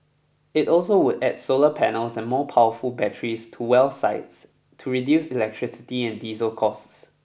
it also would add solar panels and more powerful batteries to well sites to reduce electricity and diesel costs